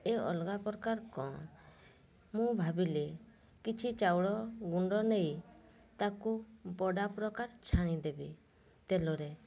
ଏ ଅଲଗା ପ୍ରକାର କ'ଣ ମୁଁ ଭାବିଲି କିଛି ଚାଉଳ ଗୁଣ୍ଡ ନେଇ ତାକୁ ବରା ପ୍ରକାର ଛାଣିଦେବି ତେଲରେ